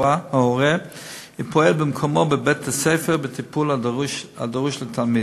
ופועל במקומו בבית-הספר בטיפול הדרוש לתלמיד.